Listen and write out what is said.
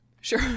Sure